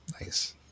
Nice